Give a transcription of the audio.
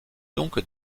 donc